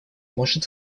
может